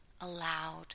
allowed